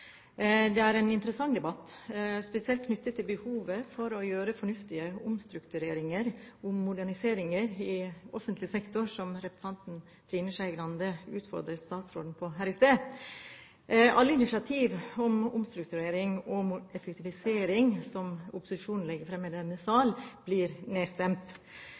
Det er en interessant debatt, spesielt knyttet til behovet for å gjøre fornuftige omstruktureringer om moderniseringer i offentlig sektor, som representanten Trine Skei Grande utfordret statsråden på her i sted. Alle initiativ om omstrukturering, om effektivisering, som opposisjonen legger fram i denne sal, blir nedstemt.